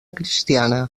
cristiana